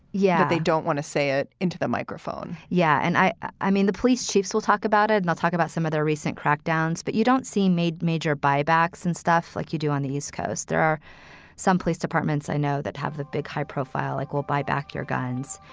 yeah. they don't want to say it into the microphone. yeah. and i i mean, the police chiefs will talk about it and i'll talk about some of their recent crackdowns. but you don't seem made major buybacks and stuff like you do on the east coast. there are some police departments i know that have the big high-profile like will buyback your guns.